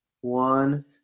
One